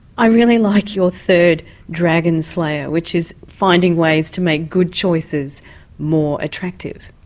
i really like your third dragon slayer, which is finding ways to make good choices more attractive.